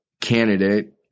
candidate